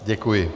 Děkuji.